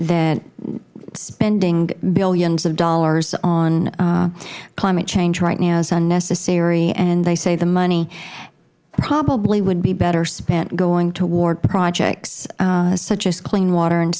that spending billions of dollars on climate change right now is unnecessary and they say the money probably would be better spend going toward projects such as clean water and